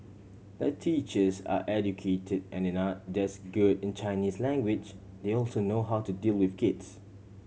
the teachers are educated and it not just good in Chinese language they also know how to deal with kids